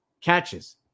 catches